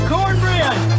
Cornbread